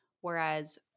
Whereas